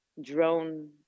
drone